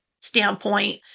standpoint